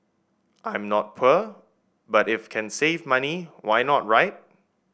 I'm not poor but if can save money why not right